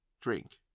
drink